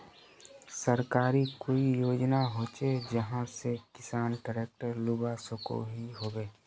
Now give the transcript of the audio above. सरकारी कोई योजना होचे जहा से किसान ट्रैक्टर लुबा सकोहो होबे?